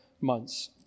months